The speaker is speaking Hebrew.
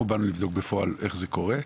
אנחנו רוצים לבדוק בפועל איך זה קורה,